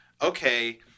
okay